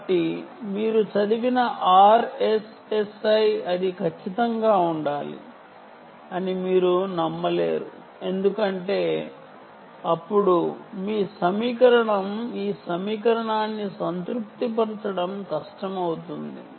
కాబట్టి మీరు చదివిన RSSI అది ఖచ్చితంగా ఉంటుంది అని మీరు నమ్మలేరు ఎందుకంటే అప్పుడు మీ సమీకరణం ఈ సమీకరణాన్ని సంతృప్తిపరచడం కష్టం అవుతుంది